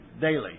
daily